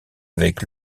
avec